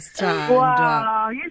Wow